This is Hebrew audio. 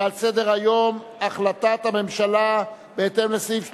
ועל סדר-היום: החלטת הממשלה, בהתאם לסעיף 31(ב)